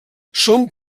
són